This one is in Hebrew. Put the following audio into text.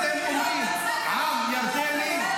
--- אתם מכירים עם ירדני,